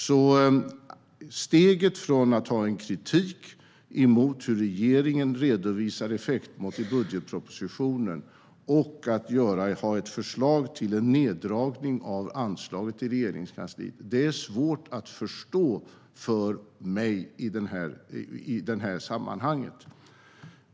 Steget från att rikta kritik mot hur regeringen redovisar effektmått i budgetpropositionen till att ha ett förslag till en neddragning av anslaget till Regeringskansliet är svårt att förstå för mig i det här sammanhanget.